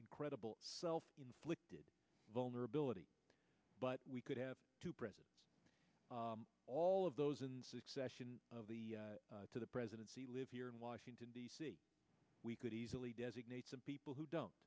incredible self inflicted vulnerability but we could have to press all of those in succession of the to the presidency live here in washington d c we could easily designate some people who don't